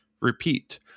Repeat